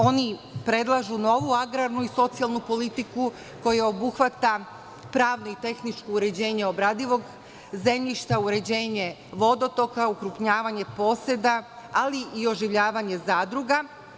Oni predlažu novu agrarnu i socijalnu politiku koja obuhvata pravno i tehničko uređenje obradivog zemljišta, uređenje vodotoka, ukrupnjavanje poseda, ali i oživljavanje zadruga.